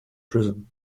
prison